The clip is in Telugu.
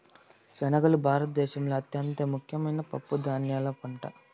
శనగలు భారత దేశంలో అత్యంత ముఖ్యమైన పప్పు ధాన్యాల పంట